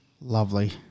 lovely